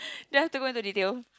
do I have to go into detail